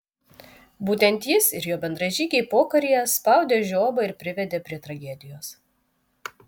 būtent jis ir jo bendražygiai pokaryje spaudė žiobą ir privedė prie tragedijos